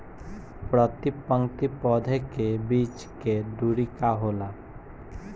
प्रति पंक्ति पौधे के बीच के दुरी का होला?